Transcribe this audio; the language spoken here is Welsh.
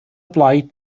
blaid